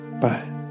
Bye